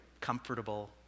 comfortable